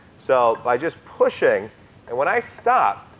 so by just pushing and when i stop,